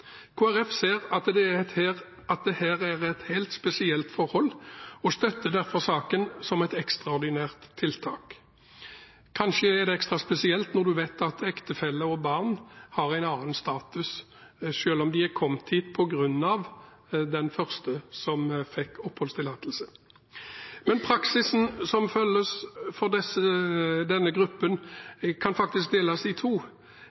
ser at her er det et helt spesielt forhold og støtter derfor saken som et ekstraordinært tiltak. Kanskje er det ekstra spesielt når en vet at ektefeller og barn har en annen status, selv om de er kommet hit på grunn av den første som fikk oppholdstillatelse. Men praksisen som følges for denne gruppen, kan faktisk deles i to: